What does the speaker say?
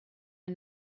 are